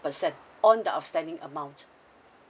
percent on the outstanding amount